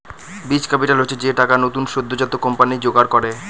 বীজ ক্যাপিটাল হচ্ছে যে টাকা নতুন সদ্যোজাত কোম্পানি জোগাড় করে